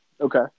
okay